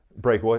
Break